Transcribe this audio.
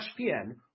ESPN